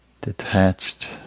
detached